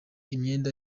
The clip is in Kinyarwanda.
imyenda